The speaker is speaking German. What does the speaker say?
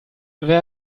wer